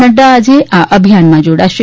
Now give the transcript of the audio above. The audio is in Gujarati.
નઙા આજે આ અભિયાનમાં જોડાશે